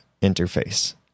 interface